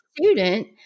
student